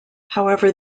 however